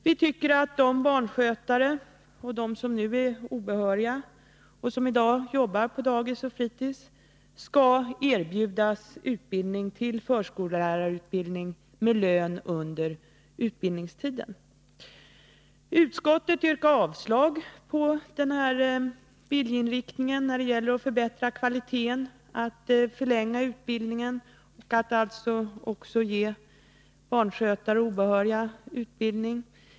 Vi tycker att de barnskötare och de som nu är obehöriga och som i dag jobbar på dagis och fritids skall erbjudas utbildning till förskollärarutbildning med lön under utbildningstiden. Utskottet yrkar avslag på vår motion när det gäller att förbättra kvaliteten, att förlänga utbildningen och att ge barnskötare och obehöriga utbildning.